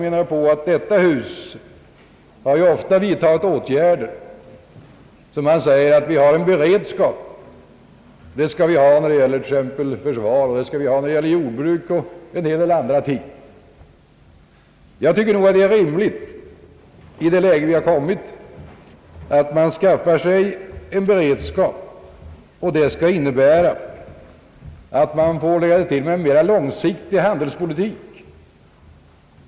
I detta hus har man ofta vidtagit åtgärder för beredskap — i fråga om försvar, jordbruk och på en hel del andra områden. Jag tycker nog att det i det läge dit vi kommit är rimligt att vi skaffar oss en beredskap, vilket innebär att man får lägga sig till med en mera långsiktig handelspolitik.